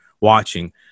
watching